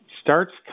starts